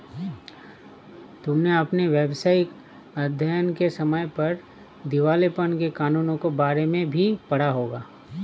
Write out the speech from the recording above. तुमने अपने व्यावसायिक अध्ययन के समय पर दिवालेपन के कानूनों के बारे में भी पढ़ा होगा